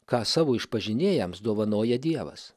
ką savo išpažinėjams dovanoja dievas